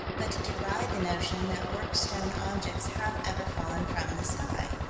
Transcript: but to deride the notion that worked-stone objects have ever fallen from the sky.